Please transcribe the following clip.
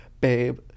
babe